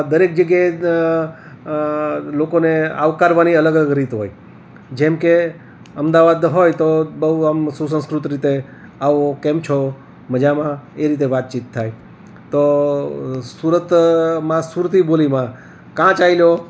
દરેક જગ્યાએ લોકોને આવકારવાની અલગ અલગ રીત હોય જેમ કે અમદાવાદ હોય તો બહુ આમ સુસંસ્કૃત રીતે આવો કેમ છો મજામાં એ રીતે વાતચીત થાય તો સુરતમાં સુરતી બોલીમાં કાં ચાઇલો